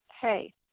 Hey